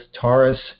Taurus